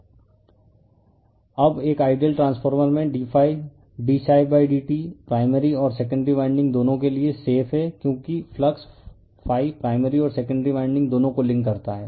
refer slide time 0607 अब एक ideal transformer में d dψdt प्राइमरी और सेकेंडरी वाइंडिंग दोनों के लिए सेफ है क्योंकि फ्लक्स ∅ प्राइमरी और सेकेंडरी वाइंडिंग दोनों को लिंक करताहै